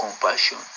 compassion